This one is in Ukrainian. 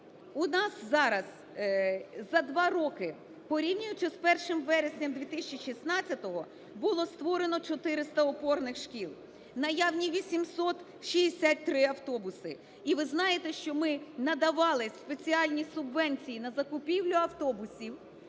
у нас зараз за два роки, порівнюючи з 1 вересня 2016, було створено 400 опорних шкіл, наявні 863 автобуси. І ви знаєте, що ми надавали спеціальні субвенції на закупівлю автобусів